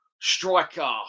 striker